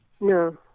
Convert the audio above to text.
No